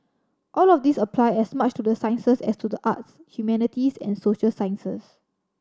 all of these apply as much to the sciences as to the arts humanities and social sciences